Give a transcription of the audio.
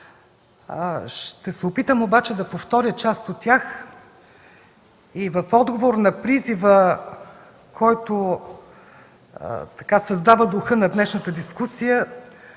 Ще се опитам да повторя част от тях. В отговор на призива, който създава духа на днешната дискусия,